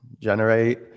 generate